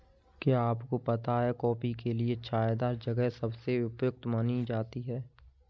क्या आपको पता है कॉफ़ी के लिए छायादार जगह सबसे उपयुक्त मानी जाती है?